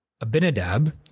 Abinadab